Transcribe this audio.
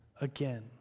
again